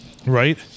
Right